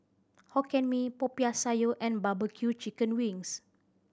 Hokkien Mee Popiah Sayur and barbecue chicken wings